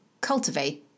cultivate